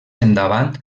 endavant